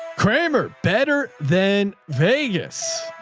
kramer better than vegas.